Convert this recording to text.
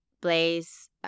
Blaze